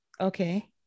Okay